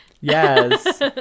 Yes